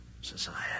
society